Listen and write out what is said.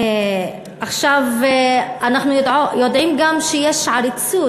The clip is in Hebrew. אנחנו יודעים גם שיש עריצות,